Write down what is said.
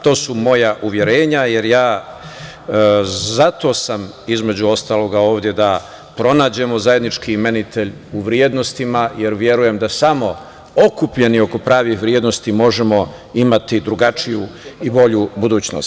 To su moja uverenja, jer ja sam zato, između ostalog, ovde, da pronađemo zajednički imenitelj u vrednostima, jer verujem da samo okupljeni oko pravih vrednosti možemo imati drugačiju i bolju budućnost.